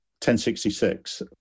1066